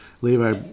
Levi